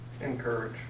Encourage